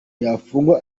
yafungwa